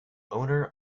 owner